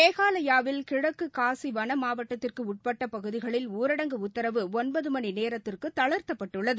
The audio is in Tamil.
மேகாலயாவில் கிழக்கு காசி வள மாவட்டத்திற்கு உட்பட்ட பகுதிகளில் ஊரடங்கு உத்தரவு ஒன்பது மணி நேரத்திற்கு தளர்த்தப்பட்டுள்ளது